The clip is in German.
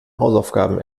hausaufgaben